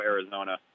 Arizona